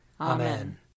Amen